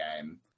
game